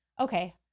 okay